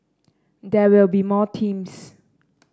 there will be more teams